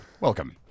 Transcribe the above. Welcome